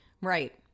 right